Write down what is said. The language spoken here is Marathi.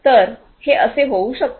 तर हे असे होऊ शकते